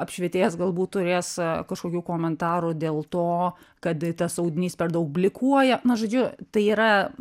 apšvietėjas galbūt turės kažkokių komentarų dėl to kad tas audinys per daug blikuoja na žodžiu tai yra